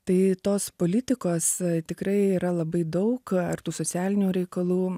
tai tos politikos tikrai yra labai daug ir tų socialinių reikalų